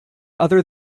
other